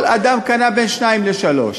כל אדם קנה בין שתיים לשלוש,